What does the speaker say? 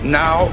now